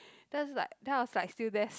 then it's like then I was like still there